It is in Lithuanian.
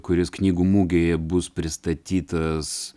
kuris knygų mugėje bus pristatytas